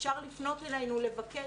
אפשר לפנות אלינו לבקש.